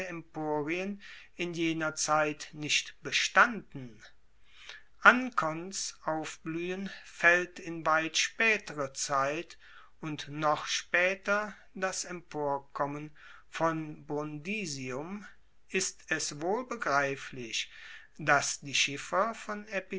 emporien in jener zeit nicht bestanden ankons aufbluehen faellt in weit spaetere zeit und noch spaeter das emporkommen von brundisium ist es wohl begreiflich dass die schiffer von